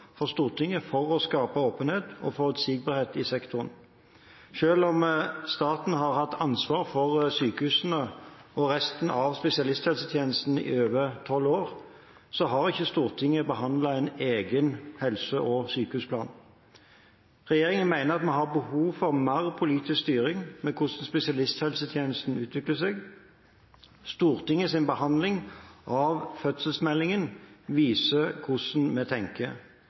for Stortinget for å skape åpenhet og forutsigbarhet i sektoren. Selv om staten har hatt ansvar for sykehusene og resten av spesialisthelsetjenesten i over tolv år, har ikke Stortinget behandlet en egen helse- og sykehusplan. Regjeringen mener at vi har behov for mer politisk styring med hvordan spesialisthelsetjenesten utvikler seg. Stortingets behandling av fødselsmeldingen viser hvordan vi tenker.